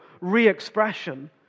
re-expression